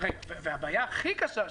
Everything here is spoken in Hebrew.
הבעיה הכי קשה שלי,